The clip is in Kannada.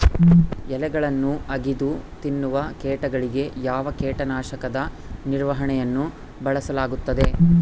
ಎಲೆಗಳನ್ನು ಅಗಿದು ತಿನ್ನುವ ಕೇಟಗಳಿಗೆ ಯಾವ ಕೇಟನಾಶಕದ ನಿರ್ವಹಣೆಯನ್ನು ಬಳಸಲಾಗುತ್ತದೆ?